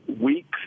weeks